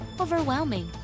overwhelming